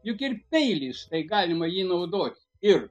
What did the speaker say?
juk ir peilis galima jį naudot ir